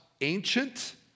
ancient